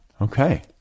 Okay